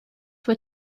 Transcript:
were